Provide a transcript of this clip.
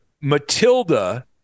Matilda